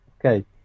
okay